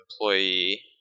employee